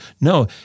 No